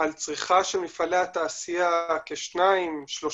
על צריכה של מפעלי התעשייה כ-2%, 3%,